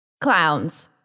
Clowns